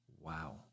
Wow